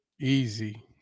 Easy